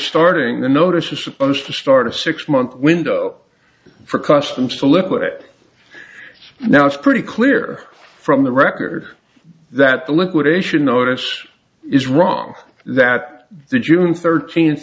starting the notice was supposed to start a six month window for customs to liquid it now it's pretty clear from the record that the liquidation notice is wrong that the june thirteenth